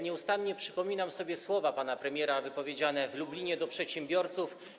Nieustannie przypominam sobie słowa pana premiera wypowiedziane w Lublinie do przedsiębiorców.